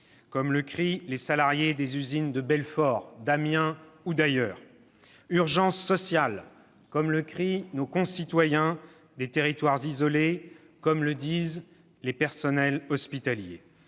comme le crient les salariés des usines de Belfort, d'Amiens et d'ailleurs. « Urgence sociale, comme le crient nos concitoyens des territoires isolés, comme le disent les personnels hospitaliers.